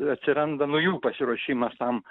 atsiranda nu jų pasiruošimas tam